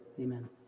amen